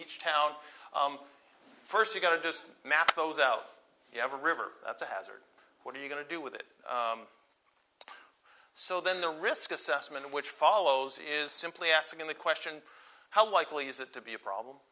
each town first you go to this map goes out you have a river that's a hazard what are you going to do with it so then the risk assessment which follows is simply asking the question how likely is it to be a problem